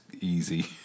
easy